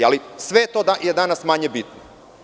Ali, sve je to danas manje bitno.